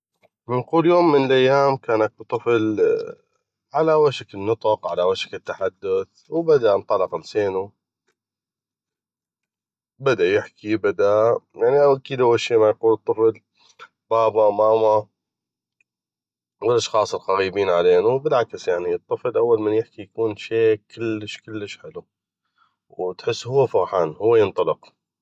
نقول يوم من الايام كان اكو طفل على وشك النطق على وشك التحدث وبدا انطلق لسينو بدا يحكي بدا يعني اول شي يقول الطفل بابا ماما والاشخاص القغيبين علينو بالعكس يعني الطفل أول ما يحكي يكون شي كلش كلش حلو تحسو هو فغحان هو ينطلق